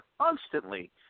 constantly